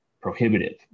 prohibitive